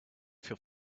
feel